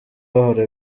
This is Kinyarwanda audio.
bahora